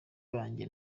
banjye